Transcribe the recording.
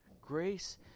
Grace